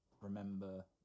remember